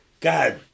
God